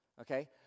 okay